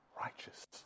righteous